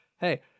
hey